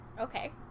okay